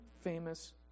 famous